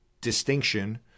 distinction